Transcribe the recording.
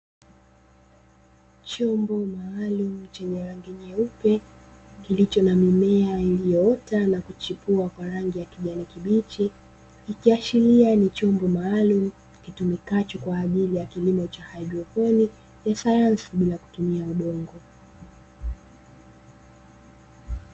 Chombo maalumu chenye rangi nyeupe kilicho na mimea iliyoota na kuchipua kwa rangi ya kijani kibichi, ikiashiria ni chombo maalumu kitumikacho kwa ajili ya kilimo cha haidroponi ya sayansi bila kutumia udongo.